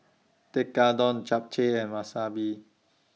Tekkadon Japchae and Wasabi